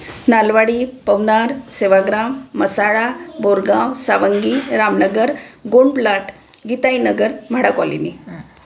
Nalwadi Pavnar Sevagram Masala Borgaon Sawangi Ramnagar Gond plant Gitainagar MHADA colony